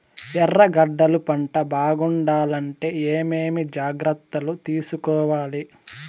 ఎర్రగడ్డలు పంట బాగుండాలంటే ఏమేమి జాగ్రత్తలు తీసుకొవాలి?